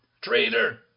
Traitor